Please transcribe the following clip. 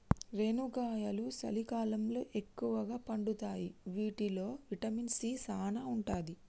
రేనుగాయలు సలికాలంలో ఎక్కుగా పండుతాయి వీటిల్లో విటమిన్ సీ సానా ఉంటది